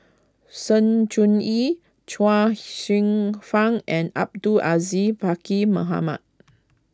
Sng Choon Yee Chuang Hsueh Fang and Abdul Aziz Pakkeer Mohamed